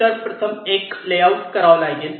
तर प्रथम 1 लेआऊट करावा लागेल